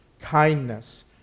kindness